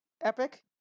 Epic